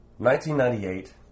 1998